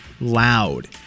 loud